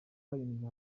karindwi